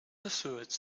asserts